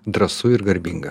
drąsu ir garbinga